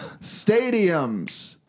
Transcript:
Stadiums